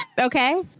Okay